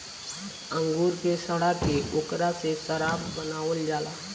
अंगूर के सड़ा के ओकरा से शराब बनावल जाला